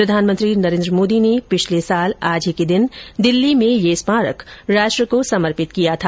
प्रधानमंत्री नरेन्द्र मोदी ने पिछले साल आज ही के दिन दिल्ली में यह स्मारक राष्ट्र को समर्पित किया था